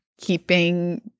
keeping